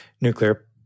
nuclear